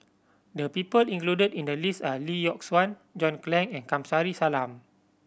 the people included in the list are Lee Yock Suan John Clang and Kamsari Salam